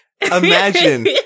Imagine